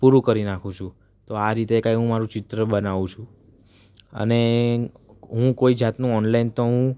પૂરું કરી નાખું છું તો આ રીતે કાંઈ હું મારૂં ચિત્ર બનાવું છું અને હું કોઈ જાતનું ઓનલાઈન તો હું